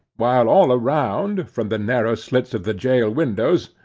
while all around, from the narrow slits of the jail windows,